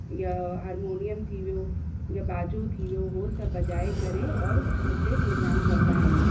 या हारमोनियम थी वियो या बाजो थी वियो हो सभु बजाए करे और इते प्रोग्राम कंदा आहिनि